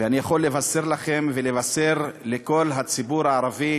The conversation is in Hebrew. ואני יכול לבשר לכם ולבשר לכל הציבור הערבי